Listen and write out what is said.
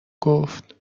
گفت